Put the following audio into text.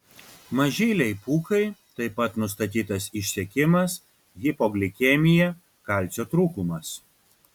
mažylei pūkai taip pat nustatytas išsekimas hipoglikemija kalcio trūkumas